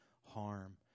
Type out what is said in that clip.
harm